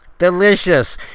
Delicious